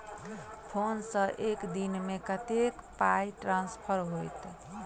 Phone सँ एक दिनमे कतेक पाई ट्रान्सफर होइत?